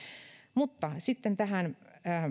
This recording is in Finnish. mutta sitten tähän